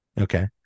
Okay